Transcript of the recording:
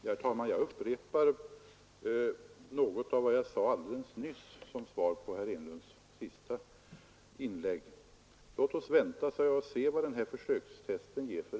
Herr talman! Jag upprepar vad jag sade alldeles nyss som svar på herr Enlunds senaste inlägg: Låt oss vänta och se vilka resultat försöken ger!